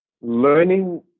learning